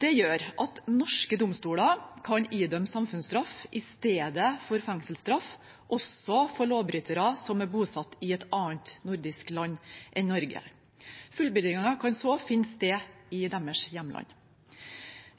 Det gjør at norske domstoler kan idømme samfunnsstraff i stedet for fengselsstraff også for lovbrytere som er bosatt i et annet nordisk land enn Norge. Fullbyrdingen kan så finne sted i deres hjemland.